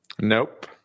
Nope